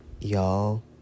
Y'all